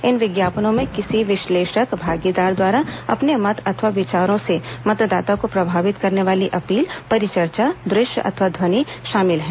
इन विज्ञापनों में किसी विश्लेषक भागीदार द्वारा अपने मत अथवा विचारों से मतदाता को प्रभावित करने वाली अपील परिचर्चा दृश्य अथवा ध्वनि शामिल हैं